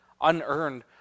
unearned